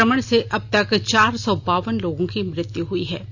संक्रमण से अब तक चार सौ बावन लोगों की मृत्यु हुई है